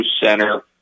center